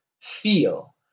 feel